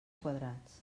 quadrats